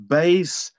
base